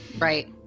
Right